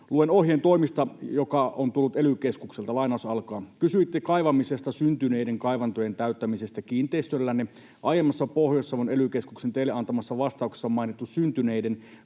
sen ohjeen toimista, joka on tullut ely-keskukselta: ”Kysyitte kaivamisesta syntyneiden kaivantojen täyttämisestä kiinteistöllänne. Aiemmassa Pohjois-Savon ely-keskuksen teille antamassa vastauksessa mainittu syntyneiden kaivantojen täyttäminen